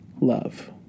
love